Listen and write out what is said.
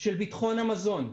של ביטחון המזון,